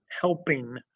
helping